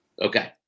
Okay